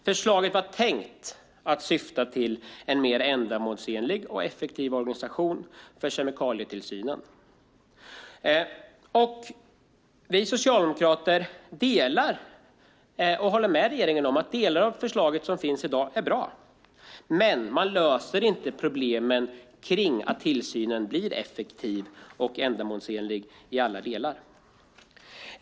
Förslaget är tänkt att ge en mer ändamålsenlig och effektiv organisation för kemikalietillsynen. Vi socialdemokrater anser att delar av förslaget är bra men att regeringen inte lyckas göra tillsynen effektiv och ändamålsenlig i alla delar.